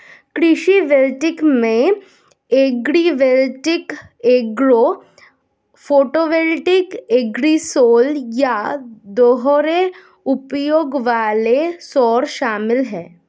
कृषि वोल्टेइक में agrivoltaic agro photovoltaic agrisol या दोहरे उपयोग वाले सौर शामिल है